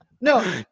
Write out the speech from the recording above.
no